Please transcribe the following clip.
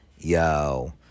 Yo